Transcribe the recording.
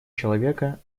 человека